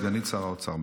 סגנית שר האוצר.